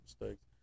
mistakes